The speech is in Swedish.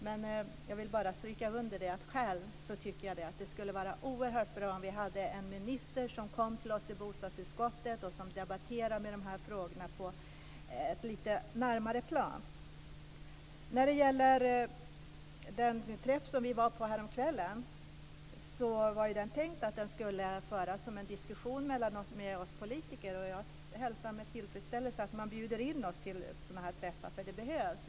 Men jag vill stryka under att jag själv tycker att det skulle vara oerhört bra om vi hade en minister som kom till oss i bostadsutskottet och debatterade dessa frågor på ett lite närmare plan. När det gäller den träff som vi var på häromkvällen var det tänkt att det skulle föras en diskussion med oss politiker. Och jag hälsar med tillfredsställelse att man bjuder in oss till sådana träffar, eftersom de behövs.